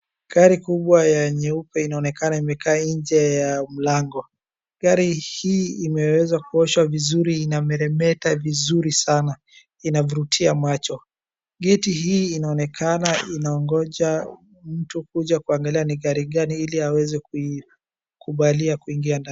Gari kubwa ya nyeupe inaonekana imekaa nje ya mlango. Gari hii imeweza kuoshwa vizuri inameremeta vizuri sana, inavurutia macho. Geti hii inaonekana inangoja mtu kuja kuangalia ni gari gani ili aweze kuikubalia kuingia ndani.